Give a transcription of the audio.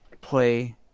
play